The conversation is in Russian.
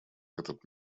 этот